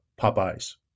Popeye's